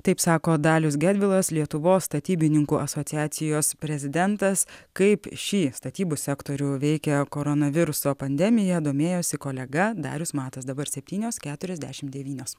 taip sako dalius gedvilas lietuvos statybininkų asociacijos prezidentas kaip šį statybų sektorių veikia koronaviruso pandemija domėjosi kolega darius matas dabar septynios keturiasdešimt devynios